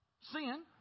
Sin